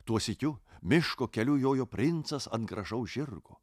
tuo sykiu miško keliu jojo princas ant gražaus žirgo